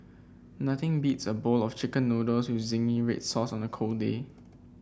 nothing beats a bowl of chicken noodles with zingy red sauce on a cold day